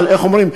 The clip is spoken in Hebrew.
אבל איך אומרים?